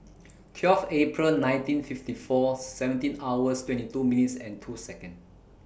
twelve April nineteen fifty four seventeen hours twenty two minutes and two Second